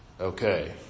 Okay